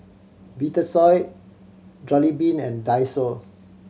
Vitasoy Jollibean and Daiso